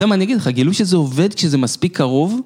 למה אני אגיד לך, גילו שזה עובד כשזה מספיק קרוב?